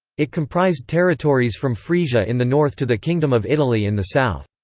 it comprised territories from frisia in the north to the kingdom of italy in the south.